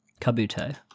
Kabuto